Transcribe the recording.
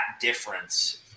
difference